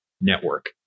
network